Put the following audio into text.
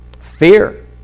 Fear